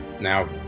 now